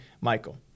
Michael